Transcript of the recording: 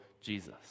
Jesus